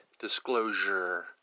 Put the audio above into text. disclosure